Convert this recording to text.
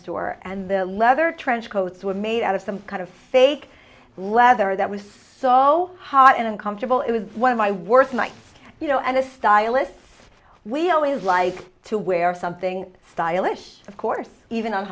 store and the leather trench coats were made out of some kind of fake leather that was so hot and uncomfortable it was one of my worst nights you know and it's stylists we always like to wear something stylish of course even on